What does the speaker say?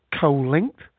co-linked